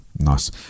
Nice